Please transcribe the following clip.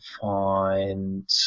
find